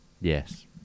yes